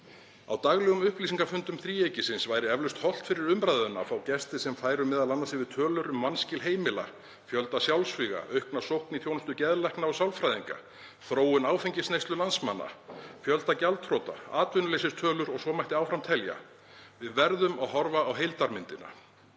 Á daglegum upplýsingafundum þríeykisins væri eflaust hollt fyrir umræðuna að fá gesti sem færu m.a. yfir tölur um vanskil heimila, fjölda sjálfsvíga, aukna sókn í þjónustu geðlækna og sálfræðinga, þróun áfengisneyslu landsmanna, fjölda gjaldþrota, atvinnuleysistölur og svo mætti áfram telja. Við verðum að horfa á heildarmyndina.